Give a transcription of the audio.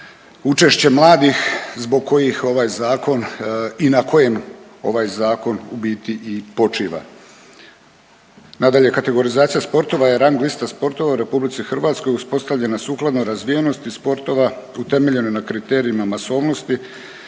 učešće mladih zbog kojih ovaj zakon i na kojem ovaj zakon u biti i počiva. Nadalje, kategorizacija sportova je rang lista sportova u Republici Hrvatskoj uspostavljena sukladno razvijenosti sportova utemeljeno na kriterijima masovnosti,